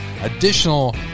additional